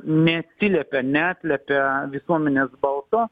neatsiliepia neatliepia visuomenės balso